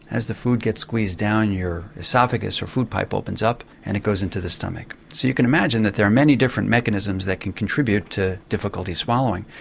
as the food gets squeezed down your oesophagus or food pipe opens up and it goes into the stomach so you can imagine that there are many different mechanisms that can contribute to difficulty swallowing.